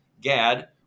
GAD